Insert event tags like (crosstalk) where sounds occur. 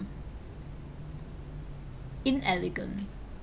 (noise) inelegant